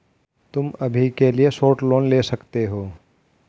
तुम अभी के लिए शॉर्ट लोन ले सकते हो